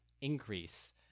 increase